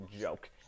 joke